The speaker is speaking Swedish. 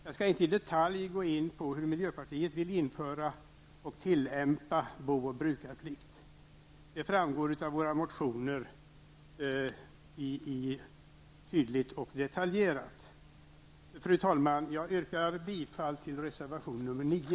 Jag skall inte i detalj gå in på hur miljöpartiet vill införa och tillämpa bo och brukarplikt. Det framgår tydligt och detaljerat av våra motioner. Fru talman! Jag yrkar bifall till reservation nr 9.